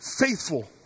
faithful